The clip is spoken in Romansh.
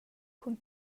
cun